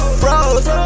froze